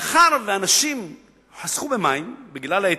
מאחר שאנשים חסכו במים בגלל ההיטל,